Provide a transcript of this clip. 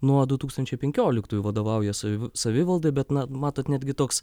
nuo du tūkstančiai penkioliktųjų vadovauja saviv savivaldoj bet na matot netgi toks